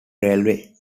railway